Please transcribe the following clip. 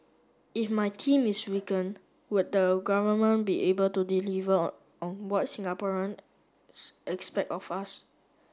if my team is weaken would the government be able to deliver on on what Singaporeans expect of us